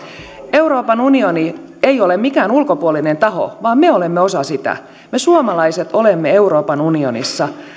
euroopan unioni ei ole mikään ulkopuolinen taho vaan me olemme osa sitä me suomalaiset olemme euroopan unionissa